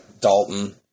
Dalton